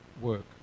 work